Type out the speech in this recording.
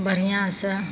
बढ़िआँ सँ